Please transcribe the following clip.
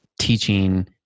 teaching